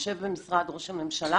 יושב במשרד ראש הממשלה,